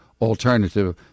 alternative